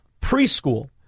preschool